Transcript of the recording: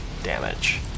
damage